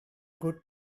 good